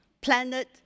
planet